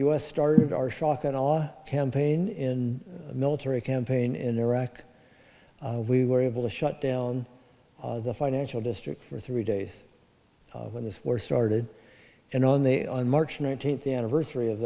us started our shock and awe campaign in a military campaign in iraq we were able to shut down the financial district for three days when this war started and on the on march nineteenth anniversary of